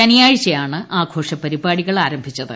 ശനിയാഴ്ചയാണ് ആഘോഷ പരിപാടികൾ ആരംഭിച്ചത്